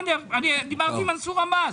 דיברתי עם מנסור עבאס.